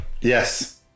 Yes